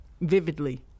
vividly